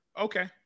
Okay